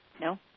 No